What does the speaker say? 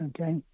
Okay